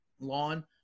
lawn